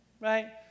right